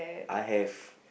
I have